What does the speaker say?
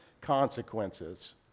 consequences